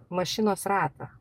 mašinos ratą